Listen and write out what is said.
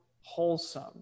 wholesome